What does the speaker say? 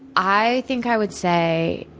i think i would say